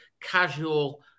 casual